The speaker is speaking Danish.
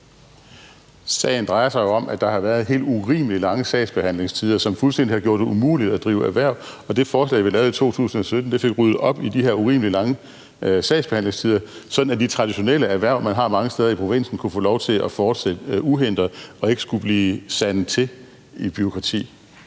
Sagen drejer sig jo om, at der har været helt urimelig lange sagsbehandlingstider, som har gjort det fuldstændig umuligt at drive erhverv, og det forslag, vi lavede i 2017, fik ryddet op i de her urimelig lange sagsbehandlingstider, sådan at de traditionelle erhverv, man har mange steder i provinsen, kunne få lov til at fortsætte uhindret og ikke skulle sande til i bureaukrati.